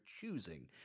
choosing